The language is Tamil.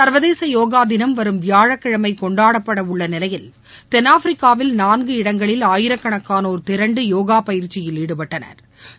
சர்வதேச யோகா தினம் வரும் வியாழக்கிழமை கொண்டாடப்பட உள்ள நிலையில் தென்னாப்பிரிக்காவில் நான்கு இடங்களில் ஆயிரக்கணக்கானோா் திரண்டு யோகா பயிற்சியில் ஈடுப்பட்டனா்